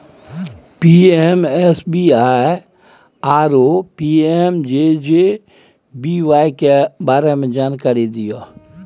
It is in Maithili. पी.एम.एस.बी.वाई आरो पी.एम.जे.जे.बी.वाई के बारे मे जानकारी दिय?